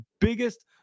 biggest